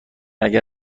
اگر